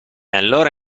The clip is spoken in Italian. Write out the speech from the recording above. allora